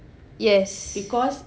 yes